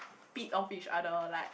feed off each other like